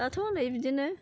दाथ' नै बिदिनो